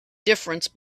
difference